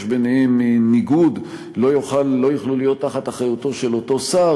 ביניהם ניגוד לא יוכלו להיות תחת אחריותו של אותו שר,